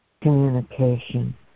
communication